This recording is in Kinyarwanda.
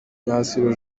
myasiro